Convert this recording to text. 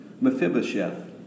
Mephibosheth